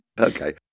Okay